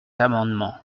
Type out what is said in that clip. amendement